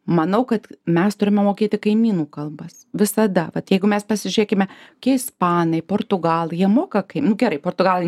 manau kad mes turime mokėti kaimynų kalbas visada vat jeigu mes pasižiūrėkime kokie ispanai portugalai jie moka kai nu gerai portugalai